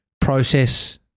process